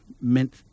meant